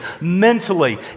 mentally